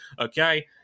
okay